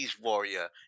warrior